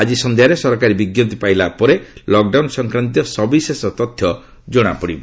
ଆଜି ସନ୍ଧ୍ୟାରେ ସରକାରୀ ବିଜ୍ଞପ୍ତି ପ୍ରକାଶ ପାଇଲା ପରେ ଲକଡାଉନ ସଂକ୍ରାନ୍ତୀୟ ସବିଶେଷ ତଥ୍ୟ ଜଣାପଡ଼ିବ